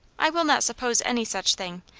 i will not suppose any such thing.